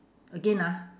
again ah